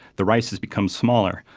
the rice has become smaller.